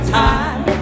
time